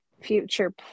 future